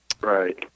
Right